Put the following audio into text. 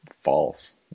false